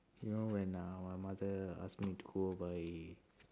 you know when uh my mother ask me to go buy